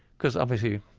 because, obviously,